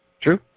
True